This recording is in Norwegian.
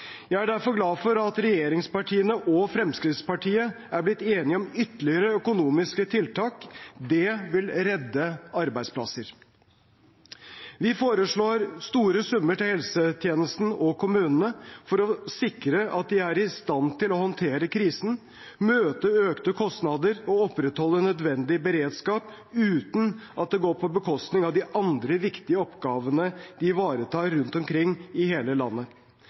Jeg er derfor glad for at regjeringspartiene og Fremskrittspartiet er blitt enige om ytterligere økonomiske tiltak; det vil redde arbeidsplasser. Vi foreslår store summer til helsetjenesten og kommunene for å sikre at de er i stand til å håndtere krisen, møte økte kostnader og opprettholde nødvendig beredskap uten at det går på bekostning av de andre viktige oppgavene de ivaretar rundt omkring i hele landet.